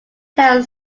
tail